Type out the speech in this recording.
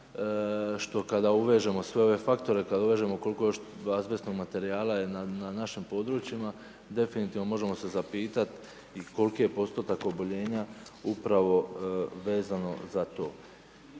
što kada uvežemo sve ove faktore, kada uvežemo koliko još azbestnog materijala je na našim područjima definitivno možemo se zapitati i koliki je postotak oboljenja upravo vezano za to.